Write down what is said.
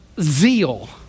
zeal